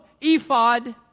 ephod